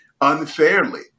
unfairly